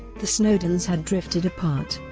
the snowdons had drifted apart.